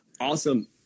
Awesome